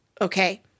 okay